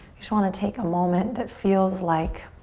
just want to take a moment that feels like